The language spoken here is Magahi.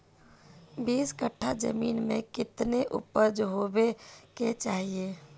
बीस कट्ठा जमीन में कितने उपज होबे के चाहिए?